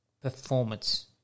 performance